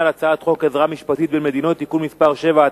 על הצעת חוק עזרה משפטית בין מדינות (תיקון מס' 7),